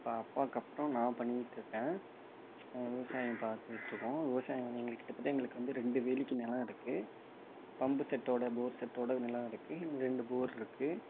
இப்போ அப்பாவுக்கு அப்புறம் நான் பண்ணிகிட்டு இருக்கேன் விவசாயம் பார்த்துட்ருக்கோம் விவசாயம் எங்களுக்கு கிட்டத்தட்ட எங்களுக்கு ரெண்டு வேலிக்கு நிலம் இருக்குது பம்பு செட்டோடு போர் செட்டோடு நிலம் இருக்குது ரெண்டு போர் இருக்குது